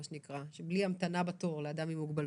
בלי המתנה בתור לאדם עם מוגבלות.